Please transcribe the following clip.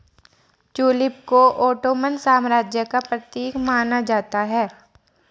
tulip को Ottoman साम्राज्य का प्रतीक माना जाता है